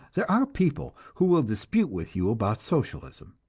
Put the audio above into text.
there are people who will dispute with you about socialism,